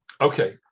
Okay